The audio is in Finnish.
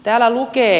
täällä lukee